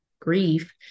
grief